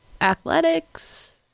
Athletics